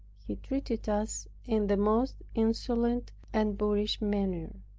he treated us in the most insolent and boorish manner.